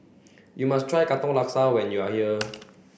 you must try Katong Laksa when you are here